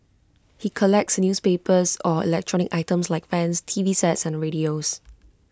he collects newspapers or electronic items like fans T V sets and radios